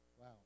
Wow